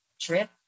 trip